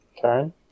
Karen